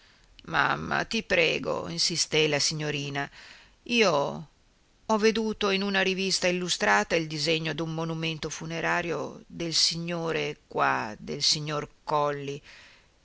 mamma ti prego insisté la signorina io ho veduto in una rivista illustrata il disegno del monumento funerario del signore qua del signor colli